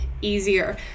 easier